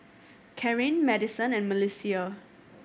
Carin Madisen and Melissia